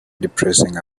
depressing